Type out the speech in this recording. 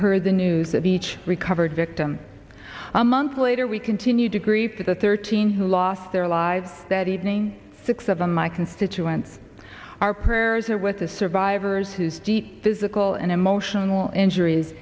heard the news of each recovered victim a month later we continue to grieve for the thirteen who lost their lives that evening six of them my constituents our prayers are with the survivors whose deep physical and emotional injuries